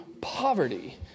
poverty